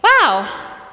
wow